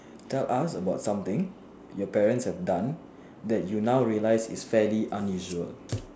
tell us about something your parent have done that you now realise is fairly unusual